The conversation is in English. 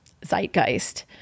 zeitgeist